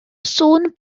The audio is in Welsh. sŵn